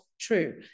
true